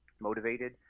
motivated